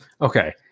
okay